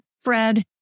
Fred